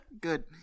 Good